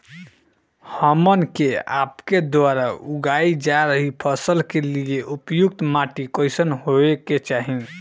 हमन के आपके द्वारा उगाई जा रही फसल के लिए उपयुक्त माटी कईसन होय के चाहीं?